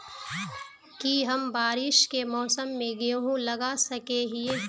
की हम बारिश के मौसम में गेंहू लगा सके हिए?